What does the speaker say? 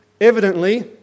Evidently